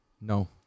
No